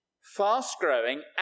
Fast-growing